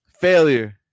Failure